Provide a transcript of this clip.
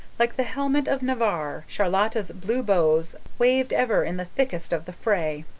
like the helmet of navarre, charlotta's blue bows waved ever in the thickest of the fray.